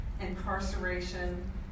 incarceration